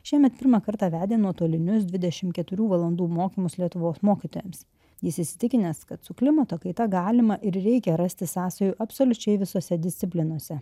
šiemet pirmą kartą vedė nuotolinius dvidešim keturių valandų mokymus lietuvos mokytojams jis įsitikinęs kad su klimato kaita galima ir reikia rasti sąsajų absoliučiai visose disciplinose